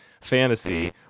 fantasy